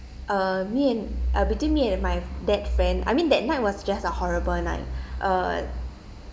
uh me and uh between me and my that friend I mean that night was just a horrible night uh